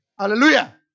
Hallelujah